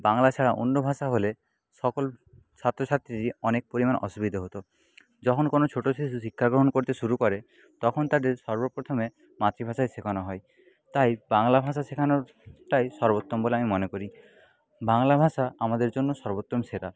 বাংলা ছাড়া অন্য ভাষা হলে সকল ছাত্রছাত্রীরই অনেক পরিমাণ অসুবিধে হত যখন কোনো ছোটো শিশু শিক্ষাগ্রহণ করতে শুরু করে তখন তাদের সর্বপ্রথমে মাতৃভাষাই শেখানো হয় তাই বাংলা ভাষা শেখানোটাই সর্বোত্তম বলে আমি মনে করি বাংলা ভাষা আমাদের জন্য সর্বোত্তম সেরা